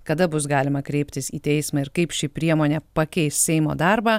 kada bus galima kreiptis į teismą ir kaip ši priemonė pakeis seimo darbą